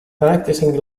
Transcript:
practicing